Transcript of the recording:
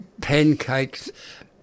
pancakes